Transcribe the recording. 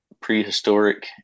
prehistoric